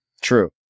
True